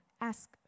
ask